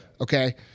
Okay